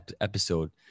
episode